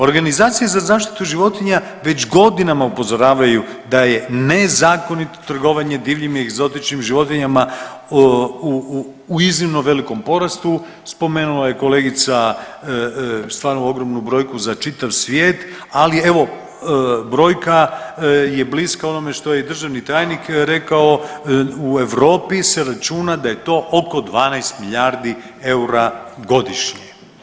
Organizacije za zaštitu životinja već godinama upozoravaju da je nezakonito trgovanje divljim i egzotičnim životinjama u iznimno velikom porastu, spomenula je kolegica stvarno ogromnu brojku za čitav svijet, ali evo, brojka je bliska onome što je i državni tajnik rekao, u Europi se računa da je to oko 12 milijardi eura godišnje.